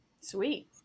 sweet